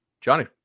Johnny